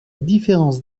différence